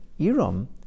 Iram